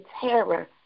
terror